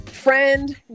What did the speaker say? friend